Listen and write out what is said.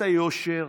את היושר